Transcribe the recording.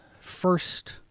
first